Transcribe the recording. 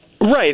Right